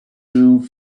through